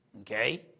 Okay